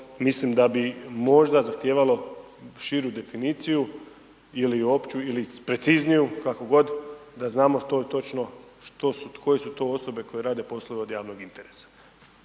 mislim da bi možda zahtijevalo širu definiciju ili opću ili precizniju, kako god, da znamo što točno, što su, koje su to osobe koje rade poslove od javnog interesa.